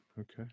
Okay